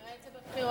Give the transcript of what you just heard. נראה את זה בבחירות.